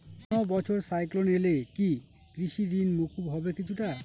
কোনো বছর সাইক্লোন এলে কি কৃষি ঋণ মকুব হবে কিছুটা?